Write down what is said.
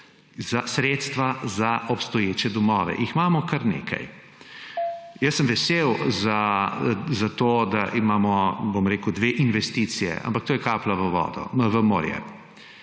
sredstva za obstoječe domove. Jih imamo kar nekaj. Jaz sem vesel za to, da imamo dve investiciji, ampak to je kaplja v morje.